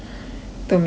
都没应